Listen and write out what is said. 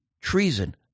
treason